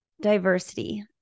diversity